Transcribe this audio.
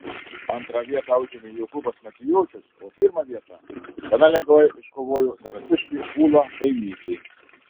antrą vietą užėmė jokūbas matijošius o pirmą vietą gana lengvai iškovojo zarasiškė ūla dainytė